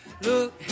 Look